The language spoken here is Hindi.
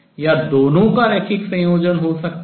या दोनों का रैखिक संयोजन हो सकता है